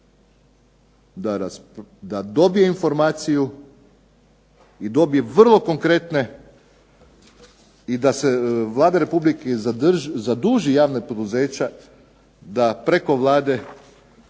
da dobije informaciju i dobije vrlo konkretne i da se Vlada Republike zaduži javna poduzeća da preko Vlade,